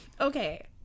Okay